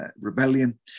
rebellion